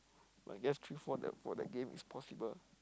I guess three four that for that game is possible